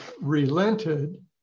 relented